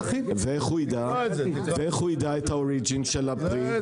ואיך הוא יידע את ה- origen של הפרי?